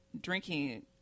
drinking